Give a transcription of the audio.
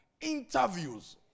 interviews